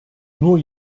nur